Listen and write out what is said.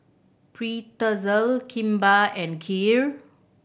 Pretzel Kimbap and Kheer